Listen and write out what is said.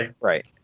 Right